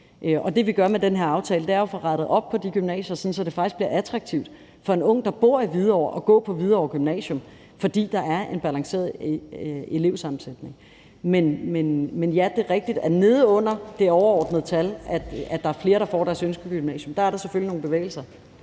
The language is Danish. Og det, vi gør med den her aftale, er jo at få rettet op på de gymnasier, sådan at det faktisk bliver attraktivt for f.eks. en ung, der bor i Hvidovre, at gå på Hvidovre Gymnasium, altså fordi der er en balanceret elevsammensætning. Men ja, det er rigtigt, at neden under det overordnede tal for, at der er flere, der får deres ønskegymnasium, er der selvfølgelig nogle bevægelser.